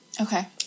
Okay